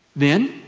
then